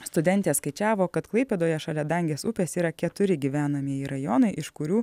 studentė skaičiavo kad klaipėdoje šalia dangės upės yra keturi gyvenamieji rajonai iš kurių